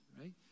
right